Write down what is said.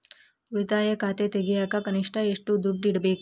ಉಳಿತಾಯ ಖಾತೆ ತೆಗಿಯಾಕ ಕನಿಷ್ಟ ಎಷ್ಟು ದುಡ್ಡು ಇಡಬೇಕ್ರಿ?